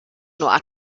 not